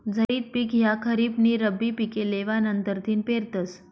झैद पिक ह्या खरीप नी रब्बी पिके लेवा नंतरथिन पेरतस